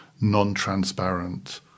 non-transparent